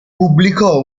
pubblicò